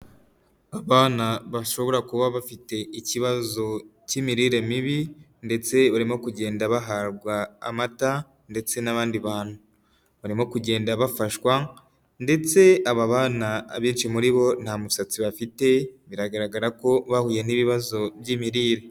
Abana bashobora kuba bafite ikibazo cy'imirire mibi ndetse baririmo kugenda bahabwa amata ndetse n'abandi bantu .Barimo kugenda bafashwa ndetse aba bana abenshi muri bo nta musatsi bafite biragaragara ko bahuye n'ibibazo by'imirire.